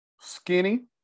skinny